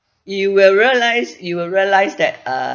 you will realise you will realise that uh